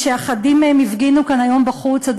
ואחדים מהם הפגינו כאן היום בחוץ,